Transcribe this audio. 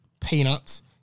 peanuts